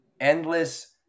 Endless